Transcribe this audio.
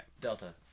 Delta